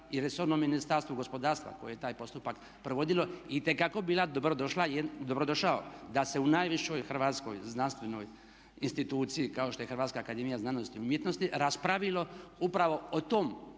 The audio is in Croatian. i resornom Ministarstvu gospodarstva koje je taj postupak provodilo itekako bila dobrodošlo da se u najvišoj hrvatskoj znanstvenoj instituciji kao što je Hrvatska akademija znanosti i umjetnosti raspravilo upravo o tom